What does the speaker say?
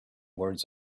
words